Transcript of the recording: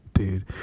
Dude